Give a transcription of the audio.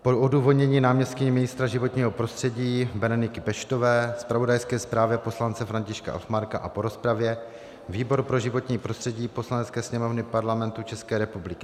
Po odůvodnění náměstkyní ministra životního prostředí Bereniky Peštové, zpravodajské zprávě poslance Františka Elfmarka a po rozpravě výbor pro životní prostředí Poslanecké sněmovny Parlamentu České republiky: